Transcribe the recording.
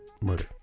Murder